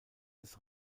des